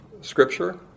Scripture